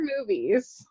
movies